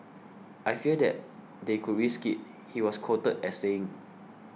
I fear that they could risk it he was quoted as saying